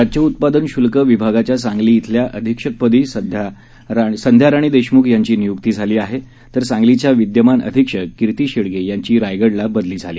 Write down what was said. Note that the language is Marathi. राज्य उत्पादन शुल्क विभागाच्या सांगली श्रेल्या अधीक्षक पदी संध्याराणी देशमुख यांची नियुक्ती झाली आहे तर सांगलीच्या विद्यमान अधीक्षक कीर्ती शेडगे यांची रायगडला बदली झाली